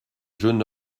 jeune